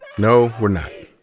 no, we're not.